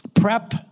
prep